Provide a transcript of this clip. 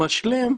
המשלים,